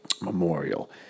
memorial